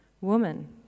Woman